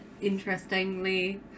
Interestingly